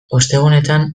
ostegunetan